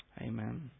Amen